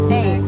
Hey